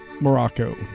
Morocco